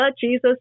Jesus